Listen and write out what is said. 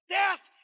death